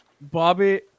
Bobby